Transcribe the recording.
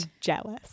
jealous